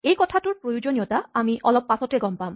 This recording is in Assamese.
এইকথাটোৰ প্ৰয়োজনীয়তা আমি অলপ পাচতেই গম পাম